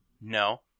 No